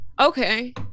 Okay